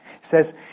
says